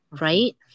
right